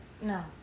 No